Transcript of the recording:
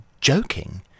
joking